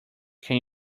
can